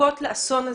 לחכות לאסון הזה.